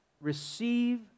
receive